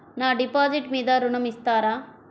నా డిపాజిట్ మీద ఋణం ఇస్తారా?